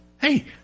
Hey